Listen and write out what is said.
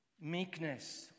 Meekness